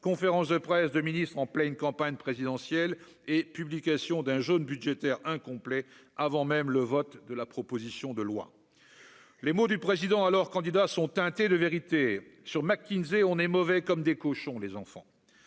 conférence de presse de ministre en pleine campagne présidentielle et publication d'un jaune budgétaire incomplet avant même le vote de la proposition de loi les mots du président, alors candidat sont teintés de vérité sur McKinsey on est mauvais comme des cochons, les enfants,